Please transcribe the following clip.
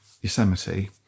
Yosemite